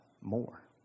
more